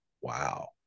wow